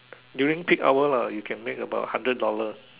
during peak hours lah you can make hundred hours